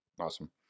Awesome